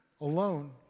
alone